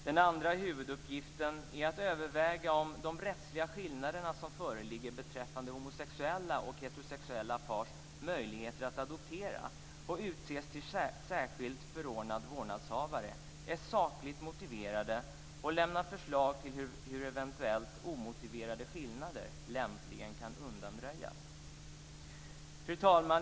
Den andra huvuduppgiften är att överväga om de rättsliga skillnader som föreligger beträffande homosexuella och heterosexuella pars möjligheter att adoptera och utses till särskilt förordnad vårdnadshavare är sakligt motiverade och lämna förslag till hur eventuellt omotiverade skillnader lämpligen kan undanröjas. Fru talman!